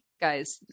guys